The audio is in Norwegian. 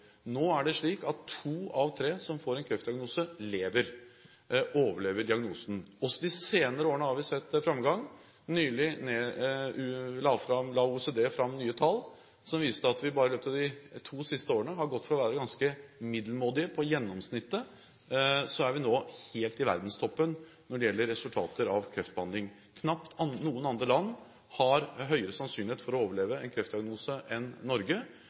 Nå er det slik at to av tre som får en kreftdiagnose, overlever diagnosen. Også i de senere årene har vi sett framgang. Nylig la OECD fram nye tall som viste at vi bare i løpet av de to siste årene har gått fra å være ganske middelmådige, på gjennomsnittet, til nå å være helt i verdenstoppen når det gjelder resultater av kreftbehandling. Knapt i noen andre land har man høyere sannsynlighet for å overleve en kreftdiagnose enn i Norge.